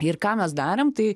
ir ką mes darėm tai